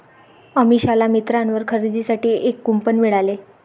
अमिषाला मिंत्रावर खरेदीसाठी एक कूपन मिळाले